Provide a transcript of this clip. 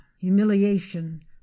humiliation